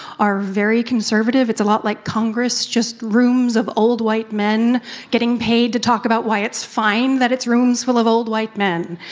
are very conservative. it's a lot like congress, just rooms of old, white men getting paid to talk about why it's fine that it's rooms full of old, white men.